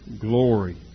glory